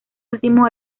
último